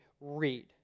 read